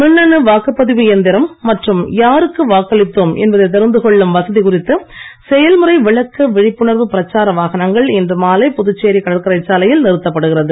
மின்னணு வாக்குப்பதிவு எந்திரம் மற்றும் யாருக்கு வாக்களித்தோம் என்பதை தெரிந்து கொள்ளும் வசதி குறித்த செயல்முறை விளக்க விழிப்புணர்வு பிரச்சார வாகனங்கள் இன்று மாலை புதுச்சேரி கடற்கரை சாலையில் நிறுத்தப்படுகிறது